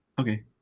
okay